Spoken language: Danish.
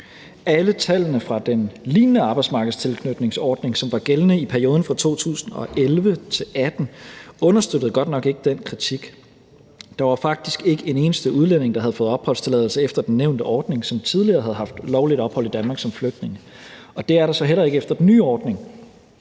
Alle tallene fra den lignende arbejdsmarkedstilknytningsordning, som var gældende i perioden fra 2011-2018, understøttede godt nok ikke den kritik. Der var faktisk ikke en eneste udlænding, som tidligere havde haft lovligt ophold i Danmark som flygtning, der havde fået opholdstilladelse efter den nævnte ordning.